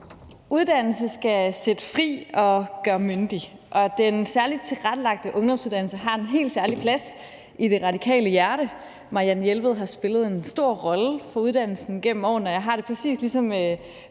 Uddannelse skal sætte fri og gøre myndig, og den særligt tilrettelagte ungdomsuddannelse har en helt særlig plads i det radikale hjerte. Marianne Jelved har spillet en stor rolle for uddannelsen gennem årene, og jeg har det præcis